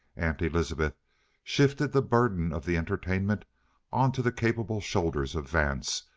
aunt elizabeth shifted the burden of the entertainment onto the capable shoulders of vance,